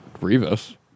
Rivas